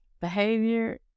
Behavior